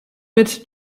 mit